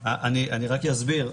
אסביר.